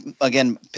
again